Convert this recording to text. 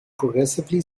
progressively